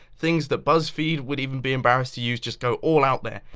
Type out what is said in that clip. things that buzzfeed would even be embarrassed to use just go all out there